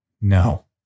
No